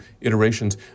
iterations